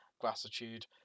Gratitude